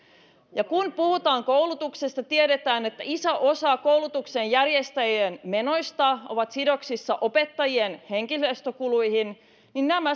kun puhutaan koulutuksesta tiedetään että iso osa koulutuksen järjestäjien menoista on sidoksissa opettajien henkilöstökouluihin ja